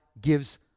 gives